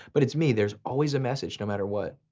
but it's me, there's always a message no matter what.